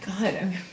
god